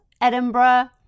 edinburgh